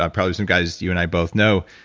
ah probably some guys you and i both know,